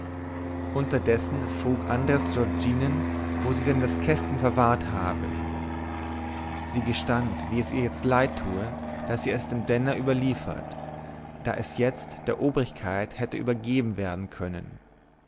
unterweges frug andres giorginen wo sie denn das kästchen verwahrt habe sie gestand wie es ihr jetzt leid tue daß sie es dem denner überliefert da es jetzt der obrigkeit hätte übergeben werden können